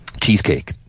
Cheesecake